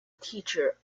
teacher